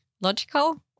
logical